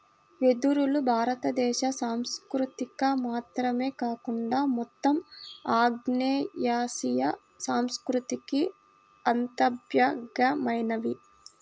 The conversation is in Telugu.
వెదురులు భారతదేశ సంస్కృతికి మాత్రమే కాకుండా మొత్తం ఆగ్నేయాసియా సంస్కృతికి అంతర్భాగమైనవి